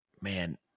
Man